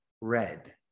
red